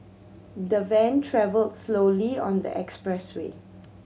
the van travelled slowly on the expressway